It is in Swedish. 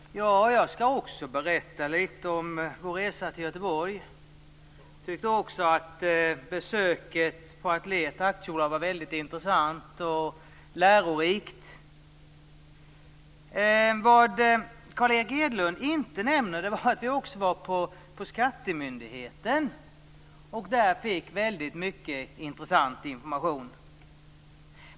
Fru talman! Jag skall också berätta lite om vår resa till Göteborg. Jag tyckte också att besöket på Atlet AB var intressant och lärorikt. Vad Carl Erik Hedlund inte nämnde var att vi också var på skattemyndigheten och där fick mycket intressant information.